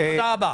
תודה רבה.